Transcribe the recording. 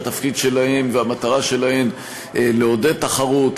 שהתפקיד שלהן והמטרה שלהן לעודד תחרות,